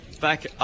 back